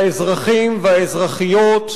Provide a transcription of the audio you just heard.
לאזרחים ולאזרחיות,